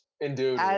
indeed